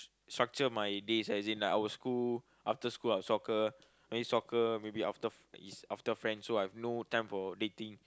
structure my days as in I got school after school I will soccer maybe soccer maybe after is after friends so I got no time for dating